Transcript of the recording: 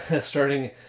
starting